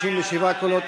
67 קולות.